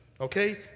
Okay